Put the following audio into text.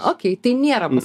ok tai nėra